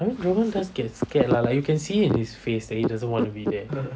I mean get scared lah like you can his face he doesn't want to be there